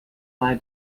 mal